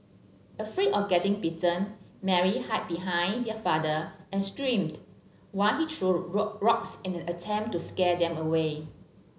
afraid of getting bitten Mary hid behind their father and screamed while he threw rock rocks in an attempt to scare them away